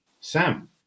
Sam